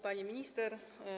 Pani Minister!